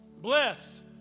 blessed